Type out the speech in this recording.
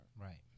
Right